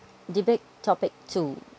debate topic two